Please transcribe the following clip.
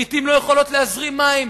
לעתים לא יכולות להזרים מים.